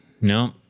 no